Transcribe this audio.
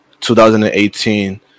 2018